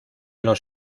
los